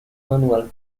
manual